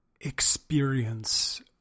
experience